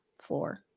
floor